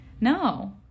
no